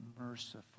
merciful